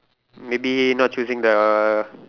maybe not choosing the